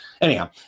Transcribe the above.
anyhow